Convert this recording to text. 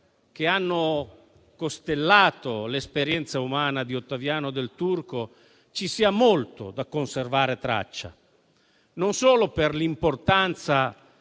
che hanno costellato l'esperienza umana di Ottaviano Del Turco ci sia molto di cui conservare traccia, non solo per l'importanza